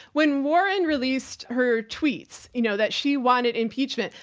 when warren released her tweets, you know, that she wanted impeachment,